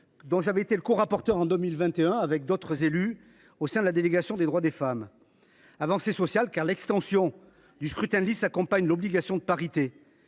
dont j’avais été le corapporteur en 2021 avec d’autres collègues de la délégation aux droits des femmes. Avancée sociale, enfin, car l’extension du scrutin de liste s’accompagne de l’obligation de parité.